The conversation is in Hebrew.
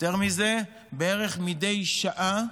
יותר מזה, בערך מדי שעה,